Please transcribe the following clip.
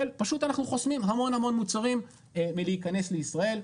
פשוט אנחנו חוסמים המון המון מוצרים מלהיכנס לישראל.